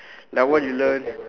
like what you learn